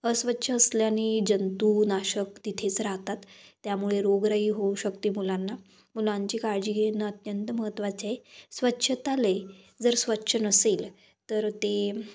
अस्वच्छ असल्याने जंतूनाशक तिथेच राहतात त्यामुळे रोगराईही होऊ शकते मुलांना मुलांची काळजी घेण अत्यंत महत्त्वाचे स्वच्छतालय जर स्वच्छ नसेल तर ते